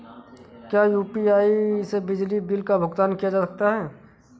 क्या यू.पी.आई से बिजली बिल का भुगतान किया जा सकता है?